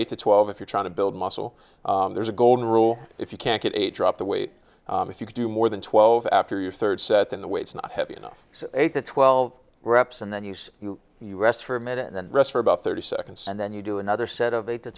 eight to twelve if you're trying to build muscle there's a golden rule if you can't get a drop the weight if you can do more than twelve after your third set in the way it's not heavy enough eight to twelve reps and then you know you rest for a minute and then rest for about thirty seconds and then you do another set of eight t